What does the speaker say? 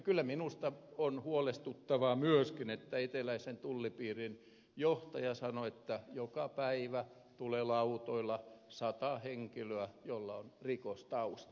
kyllä minusta on huolestuttavaa myöskin että eteläisen tullipiirin johtaja sanoi että joka päivä tulee lautoilla sata henkilöä joilla on rikostausta